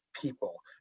people